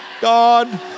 God